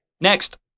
Next